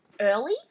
early